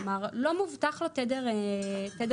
כלומר לא מובטח לו תדר נקי,